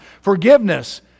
forgiveness